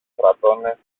στρατώνες